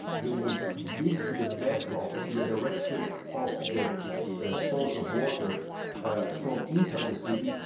they would dig to the bedrock in the direction of the source of water from inside the city.